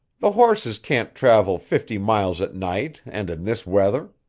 the horses can't travel fifty miles at night and in this weather.